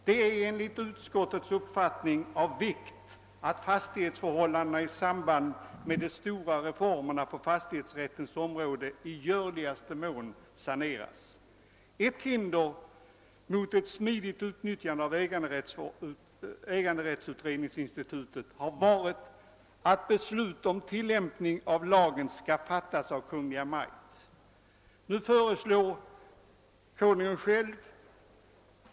Det är enligt utskottets uppfattning av vikt att fastighetsförhållandena i samband med de stora reformerna på fastighetsrättens område i görligaste mån saneras. Ett hinder mot ett smidigt utnyttjande av äganderättsutredningsinstitutet har varit att beslut om tillämpning av lagen skall fattas av Kungl. Maj:t.